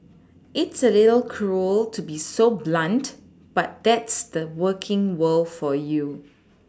it's a little cruel to be so blunt but that's the working world for you